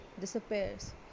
disappears